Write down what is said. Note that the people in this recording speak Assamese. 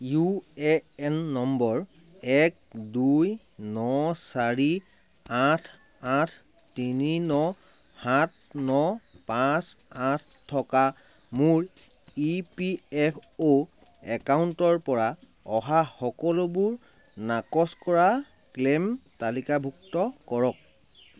ইউ এ এন নম্বৰ এক দুই ন চাৰি আঠ আঠ তিনি ন সাত ন পাঁচ আঠ থকা মোৰ ই পি এফ অ' একাউণ্টৰ পৰা অহা সকলোবোৰ নাকচ কৰা ক্লেইম তালিকাভুক্ত কৰক